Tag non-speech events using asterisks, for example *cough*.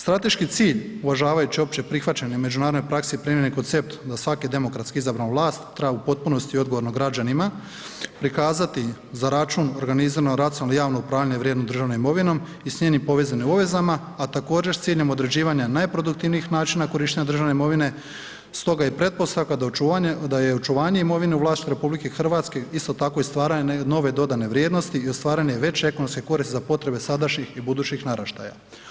Strateški cilj uvažavajući opće prihvaćene međunarodne prakse i primijenjeni koncept za svaku demokratsku izbranu vlast ... *unintelligible* u potpunosti odgovorno građanima prikazati za račun organizirano racionalno javno upravljanje vrijednom državnom imovinom i s njenim povezanim obvezama a također s ciljem određivanja najproduktivnijih način korištenja državne imovine stoga je pretpostavka da je očuvanje imovine u vlasništvu RH isto tako i stvaranje nove dodane vrijednosti i stvaranje veće ekonomske koristi za potrebe sadašnjih i budućih naraštaja.